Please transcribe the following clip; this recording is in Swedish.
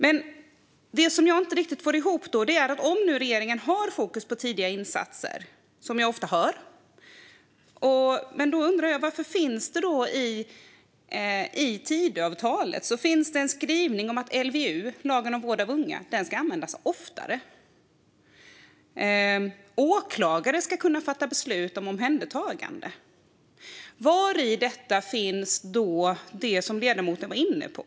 Men det finns något som jag inte riktigt får ihop. Om nu regeringen har fokus på tidiga insatser, som jag ofta hör, undrar jag en sak. I Tidöavtalet finns det en skrivning om att LVU, lagen om vård av unga, ska användas oftare. Åklagare ska kunna fatta beslut om omhändertagande. Var i detta finns det som ledamoten var inne på?